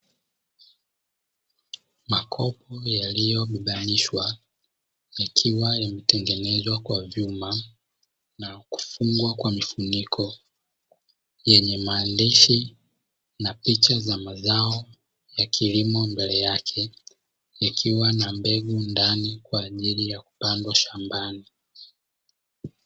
Makopo yaliyo bebainishwa yakiwa yametengenezwa kwa vyuma na kufungwa kwa mifuniko yenye maandishi na picha za mazao ya kilimo mbele yake, yakiwa na mbegu ndani kwa ajili ya kupandwa shambani.